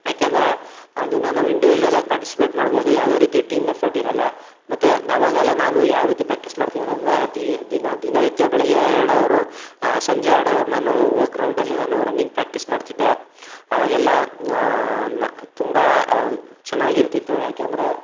ಯಾಕೆಂದರೆ ಅದನ್ನ ನಾವು ಇಂಡಿವಿಜುವಲ್ಲಾಗಿ ಪಾರ್ಟಿಸಿಪೇಟ್ ಮಾಡ್ಬೋದು ಯಾವುದೇ ರೀತಿ ಟೀಮ್ ಎಫರ್ಟ್ ಇರಲ್ಲ ಮತ್ತು ಆವಾಗೆಲ್ಲ ನಾನು ಯಾವ ರೀತಿ ಪ್ರ್ಯಾಕ್ಟೀಸ್ ಮಾಡ್ತಿದ್ದೆ ಅಂದರೆ ದಿನ ದಿನನಿತ್ಯ ಬೆಳಗ್ಗೆ ಎರಡು ಅವರು ಸಂಜೆ ಎರಡು ಅವರ್ ನಾನು ಹೋಗ್ ಗ್ರೌಂಡಲ್ಲಿ ನಾನು ರನ್ನಿಂಗ್ ಪ್ರ್ಯಾಕ್ಟೀಸ್ ಮಾಡ್ತಿದ್ದೆ ಆವಾಗೆಲ್ಲ ತುಂಬ ಚೆನ್ನಾಗಿರ್ತಿತ್ತು ಯಾಕೆಂದರೆ